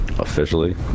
Officially